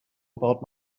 about